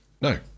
No